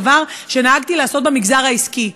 דבר שנהגתי לעשות במגזר העסקי,